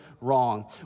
wrong